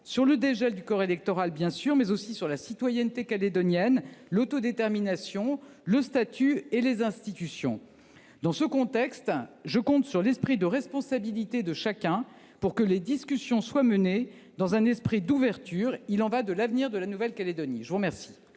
sur le dégel du corps électoral, bien sûr, mais aussi sur la citoyenneté calédonienne, l’autodétermination, le statut et les institutions. Dans ce contexte, je compte sur l’esprit de responsabilité de chacun pour que les discussions soient menées dans un esprit d’ouverture. Il y va de l’avenir de la Nouvelle Calédonie. La parole